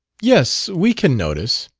yes, we can notice.